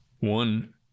One